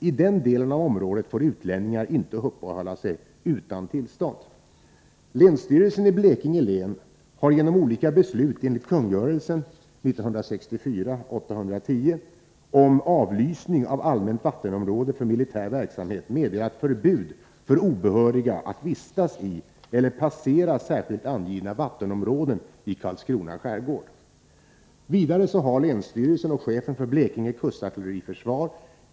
I den delen av området får utlänningar inte uppehålla sig utan tillstånd.